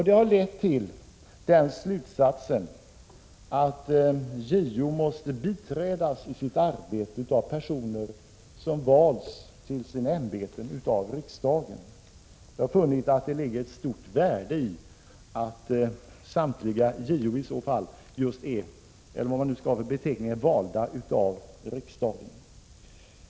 Detta har lett utskottet till den slutsatsen att JO måste biträdas i sitt arbete av personer som valts till sina ämbeten av riksdagen. Vi har funnit att det ligger ett stort värde i att samtliga JO i så fall just är valda — jag begagnar alltså det ordet — av riksdagen.